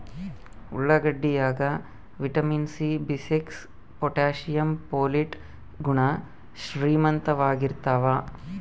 ಉಳ್ಳಾಗಡ್ಡಿ ಯಾಗ vitamin C B six potassium ಪೊಲಿಟ್ ಗುಣ ಶ್ರೀಮಂತವಾಗಿರ್ತಾವ